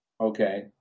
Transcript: okay